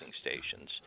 stations